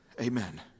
Amen